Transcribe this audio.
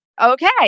okay